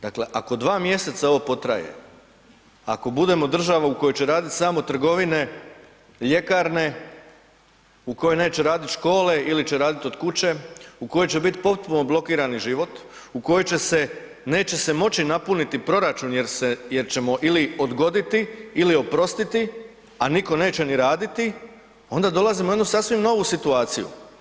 Dakle, ako dva mjeseca ovo potraje, ako budemo država u kojoj će radit samo trgovine, ljekarne, u kojoj neće radit škole ili će radit od kuće, u kojoj će bit potpuno blokirani život, u kojoj će se, neće se moći napuniti proračun jer se, jer ćemo ili odgoditi ili oprostiti, a niko neće ni raditi, onda dolazimo u jednu sasvim novu situaciju.